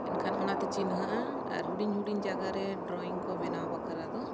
ᱮᱱᱠᱷᱟᱱ ᱚᱱᱟᱛᱮ ᱪᱤᱱᱦᱟᱹᱜᱼᱟ ᱟᱨ ᱦᱩᱰᱤᱧ ᱦᱩᱰᱤᱧ ᱡᱟᱭᱜᱟ ᱨᱮ ᱰᱨᱚᱭᱤᱝ ᱠᱚ ᱵᱮᱱᱟᱣ ᱵᱟᱠᱷᱨᱟ ᱫᱚ